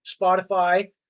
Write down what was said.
Spotify